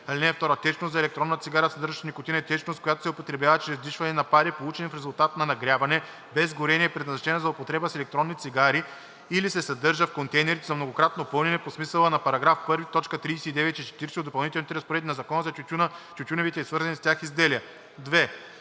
(2) „Течност за електронна цигара, съдържаща никотин“ е течност, която се употребява чрез вдишване на пари, получени в резултат на нагряване, без горене, и е предназначена за употреба с електронни цигари или се съдържа в контейнерите за многократно пълнене по смисъла на § 1, т. 39 и 40 от допълнителните разпоредби на Закона за тютюна, тютюневите и свързаните с тях изделия.“